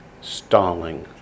Stalling